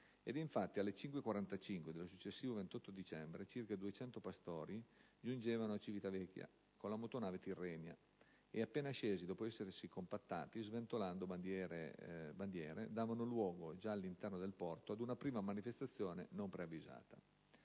infatti, alle 5,45 del successivo 28 dicembre, circa 200 pastori giungevano a Civitavecchia con la motonave Tirrenia e, appena scesi, dopo essersi compattati, sventolando bandiere, davano luogo, già all'interno del porto, ad una prima manifestazione non preavvisata.